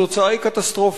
התוצאה היא קטסטרופה.